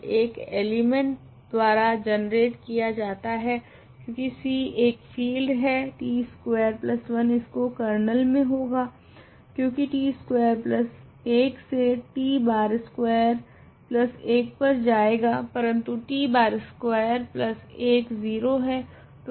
पुनः इस तथ्य का प्रयोग करगे की Ct का प्रत्येक आइडियल केवल एक एलिमेंट द्वारा जनरेट किया जाता है क्योकि C एक फील्ड है t स्कवेर 1 इसके कर्नल मे होगा क्योकि t स्कवेर 1 से t bar स्कवेर 1 पर जाएगा परंतु t bar स्कवेर 1 0 है